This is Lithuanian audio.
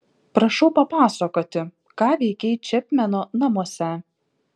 prašau papasakoti ką veikei čepmeno namuose